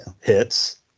hits